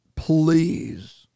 please